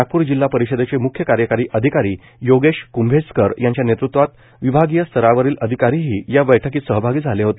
नागपूर जिल्हा परिषदेचे मुख्य कार्यकारी अधिकारी योगेश कंभेजकर यांच्या नेतत्वात विभागीय स्तरावरील अधिकारीही या बैठकीत सहभागी झाले होते